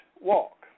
walk